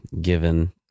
given